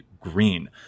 green